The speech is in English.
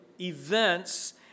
events